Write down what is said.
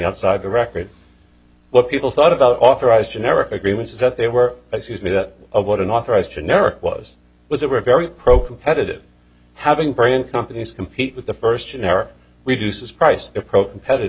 outside the record what people thought about authorized generic agreements that they were excuse me that of what unauthorized generic was was a very very pro competitive having brand companies compete with the first generic reduces price approach